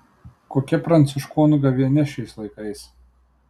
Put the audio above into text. kokia pranciškonų gavėnia šiais laikais